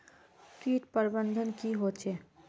किट प्रबन्धन की होचे?